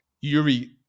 Yuri